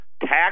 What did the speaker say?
Tax